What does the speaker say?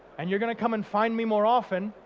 and you're gonna come and find me more often.